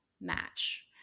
match